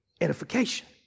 edification